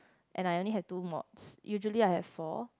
and I only have two mods usually I have four